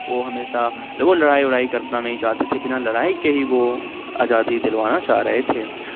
وہ ہمیشہ جب وہ لڑائی وڑائی کرنا نہیں چاہتے تھے بنا لڑائی کے ہی وہ آزادی دلوانا چاہ رہے تھے